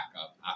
up